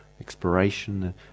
exploration